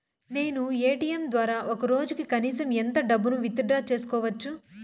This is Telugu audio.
నేను ఎ.టి.ఎం ద్వారా ఒక రోజుకి కనీసం ఎంత డబ్బును విత్ డ్రా సేసుకోవచ్చు?